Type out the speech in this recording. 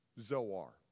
Zoar